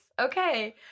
Okay